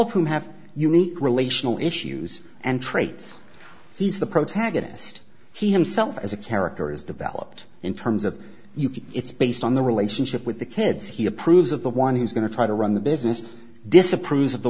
of whom have unique relational issues and traits he's the protagonist he himself as a character is developed in terms of you can it's based on the relationship with the kids he approves of the one who's going to try to run the business disapproves of the